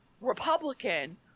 Republican